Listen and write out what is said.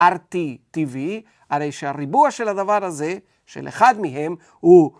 RTTV, הרי שהריבוע של הדבר הזה, של אחד מהם, הוא